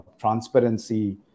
transparency